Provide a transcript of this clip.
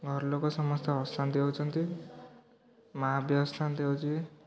ଘରଲୋକ ସମସ୍ତେ ଅଶାନ୍ତି ହେଉଛନ୍ତି ମା' ବି ଅଶାନ୍ତି ହେଉଛି